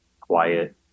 quiet